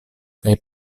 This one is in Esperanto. kaj